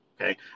okay